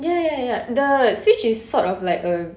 ya ya ya ya ya the Switch is sort of like a